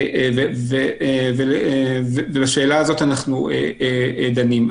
ובשאלה הזאת אנחנו דנים.